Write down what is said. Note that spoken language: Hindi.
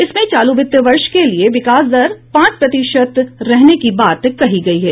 इसमें चालू वित्त वर्ष के लिए विकास दर पांच प्रतिशत रहने की बात कही गई है